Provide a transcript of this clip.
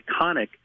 iconic